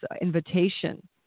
invitation